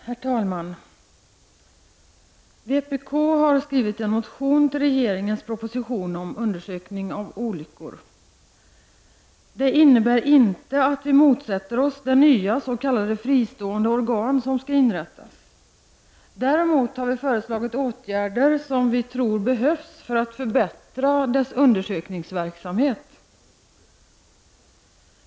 Herr talman! Vpk har skrivit en motion till regeringens proposition om undersökning av olyckor. Det innebär inte att vi motsätter oss det nya, s.k. fristående organ som skall inrättas. Däremot har vi föreslagit åtgärder som vi tror behövs för att förbättra dess undersökningsverksamhet.